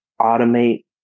automate